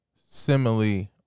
simile